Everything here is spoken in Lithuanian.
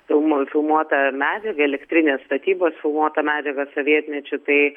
filmo filmuotą medžiagą elektrinės statybos filmuotą medžiagą sovietmečiu tai